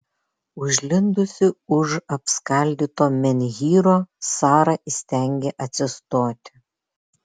užlindusi už apskaldyto menhyro sara įstengė atsistoti